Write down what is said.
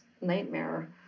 nightmare